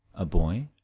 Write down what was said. a boy,